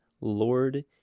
Lord